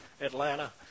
Atlanta